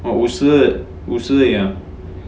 oh 五十五十而已 ah